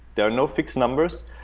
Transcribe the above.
there are no fixed numbers.